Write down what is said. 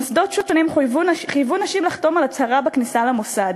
מוסדות שונים חייבו נשים לחתום על הצהרה בכניסה למוסד: